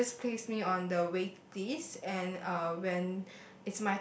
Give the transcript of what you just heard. they will just place me on the wait list and uh when